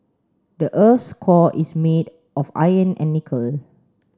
the earth's core is made of iron and nickel